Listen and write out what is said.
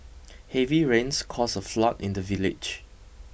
heavy rains caused a flood in the village